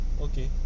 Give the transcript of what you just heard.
Okay